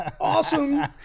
awesome